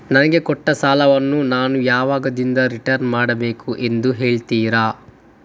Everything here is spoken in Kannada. ನನಗೆ ಕೊಟ್ಟ ಸಾಲವನ್ನು ನಾನು ಯಾವಾಗದಿಂದ ರಿಟರ್ನ್ ಮಾಡಬೇಕು ಅಂತ ಹೇಳ್ತೀರಾ?